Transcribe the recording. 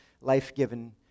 life-given